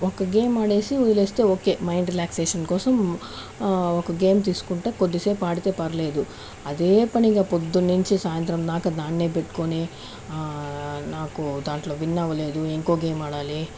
ఒక గేమ్ ఆడేసి వదిలేస్తే ఓకే మైండ్ రిలాక్సినేషన్ కోసం ఒక గేమ్ తీసుకుంటే కొద్దిసేపు ఆడితే పర్వాలేదు అదే పనిగా పొద్దున్నుంచే సాయంత్రం దాకా దాన్నేపెట్టుకొని నాకు దాంట్లో విన్ అవ్వలేదు లేదు ఇంకో గేమ్ ఆడాలి